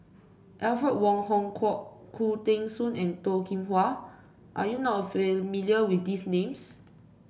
Alfred Wong Hong Kwok Khoo Teng Soon and Toh Kim Hwa are you not familiar with these names